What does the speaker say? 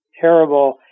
terrible